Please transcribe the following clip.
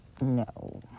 no